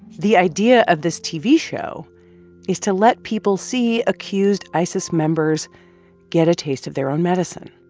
the idea of this tv show is to let people see accused isis members get a taste of their own medicine.